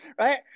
right